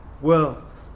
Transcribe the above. worlds